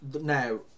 Now